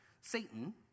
Satan